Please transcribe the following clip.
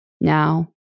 now